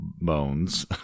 bones